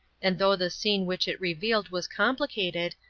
and though the scene which it revealed was complicated,